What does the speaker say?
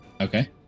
Okay